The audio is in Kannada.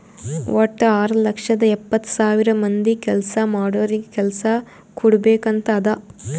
ವಟ್ಟ ಆರ್ ಲಕ್ಷದ ಎಪ್ಪತ್ತ್ ಸಾವಿರ ಮಂದಿ ಕೆಲ್ಸಾ ಮಾಡೋರಿಗ ಕೆಲ್ಸಾ ಕುಡ್ಬೇಕ್ ಅಂತ್ ಅದಾ